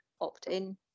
opt-in